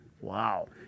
Wow